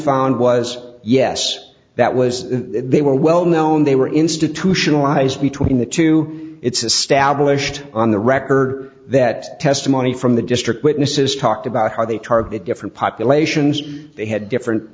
found was yes that was they were well known they were institutionalized between the two it's a stablished on the record that testimony from the district witnesses talked about how they target different populations they had different